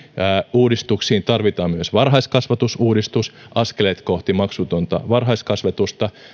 uudistuksiin tarvitaan myös varhaiskasvatusuudistus askeleet kohti maksutonta varhaiskasvatusta